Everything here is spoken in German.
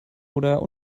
oder